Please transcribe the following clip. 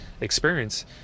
experience